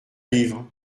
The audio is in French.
livres